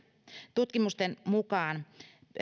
tutkimusten mukaan